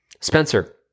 Spencer